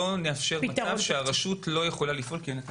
לא נאפשר מצב שהרשות לא יכולה לפעול כי אין לה תקציב.